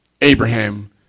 Abraham